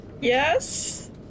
Yes